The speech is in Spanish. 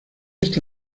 esta